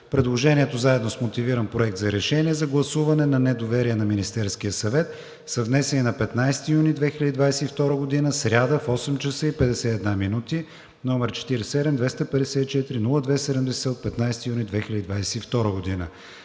Предложението заедно с мотивиран проект за решение за гласуване на недоверие на Министерския съвет са внесени на 15 юни 2022 г., сряда, в 8,51 ч., № 47-254-02-70, от 15 юни 2022 г.